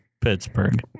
Pittsburgh